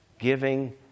giving